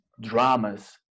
Dramas